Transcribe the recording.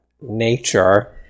nature